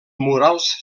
murals